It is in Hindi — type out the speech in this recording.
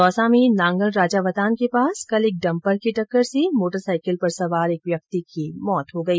दौसा में नांगल राजावतान के पास कल एक डंपर की टक्कर से मोटर साइकिल सवार की मौत हो गई